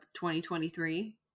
2023